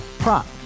Prop